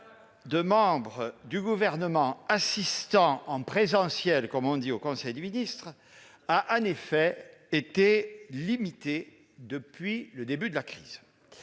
de membres du Gouvernement assistant « en présentiel », comme on dit, au conseil des ministres a en effet été limité depuis le début de la crise.